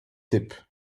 typ